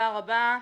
תודה רבה.